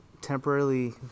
temporarily